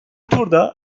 turda